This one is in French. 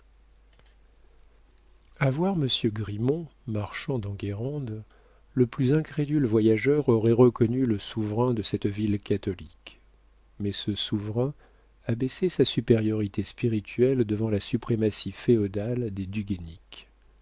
a voir monsieur grimont marchant dans guérande le plus incrédule voyageur aurait reconnu le souverain de cette ville catholique mais ce souverain abaissait sa supériorité spirituelle devant la suprématie féodale des du